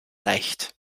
leicht